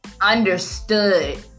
understood